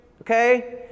okay